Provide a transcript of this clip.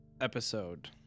episode